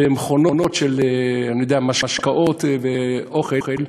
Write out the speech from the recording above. ומכונות משקאות ואוכל,